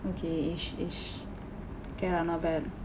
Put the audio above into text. okay ish ish okay lah not bad